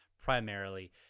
primarily